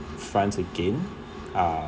france again uh